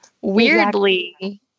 weirdly